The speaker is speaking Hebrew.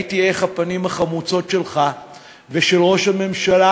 ראיתי את הפנים החמוצות שלך ושל ראש הממשלה